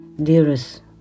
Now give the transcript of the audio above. dearest